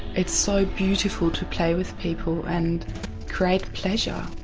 it's so beautiful to play with people and create pleasure,